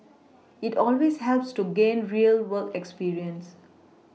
it always helps to gain real work experience